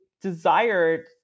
desired